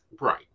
Right